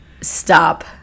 Stop